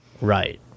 Right